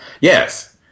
Yes